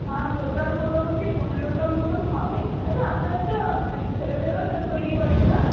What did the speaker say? আর total মোটামুটি পনেরোটা মতন হবে আচ্ছা আপনাদের তো ছেলেদেরও তৈরি করেন না